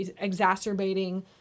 exacerbating